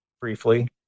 briefly